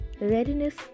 readiness